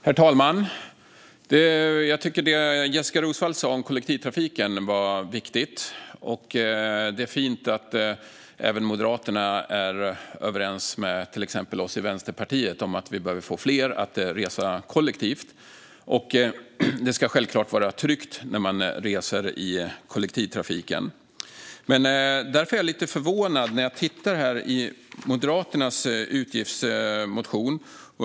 Herr talman! Jag tycker att det Jessika Roswall sa om kollektivtrafiken var viktigt. Det är fint att även Moderaterna är överens med till exempel oss i Vänsterpartiet om att fler bör resa kollektivt. Det ska självklart vara tryggt att resa i kollektivtrafiken. Därför är jag lite förvånad när jag tittar i Moderaternas utgiftsmotion.